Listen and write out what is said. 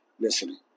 listening